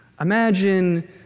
imagine